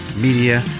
media